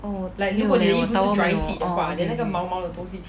oh 没有 leh 我的 towel 没有 oh okay okay